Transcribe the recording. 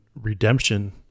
Redemption